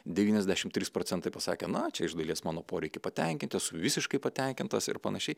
devyniasdešimt trys procentai pasakė na čia iš dalies mano poreikiai patenkinti esu visiškai patenkintas ir panašiai